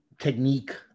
technique